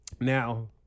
Now